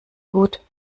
gut